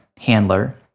handler